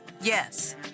Yes